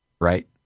right